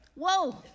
Whoa